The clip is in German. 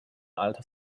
alter